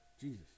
Jesus